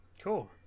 cool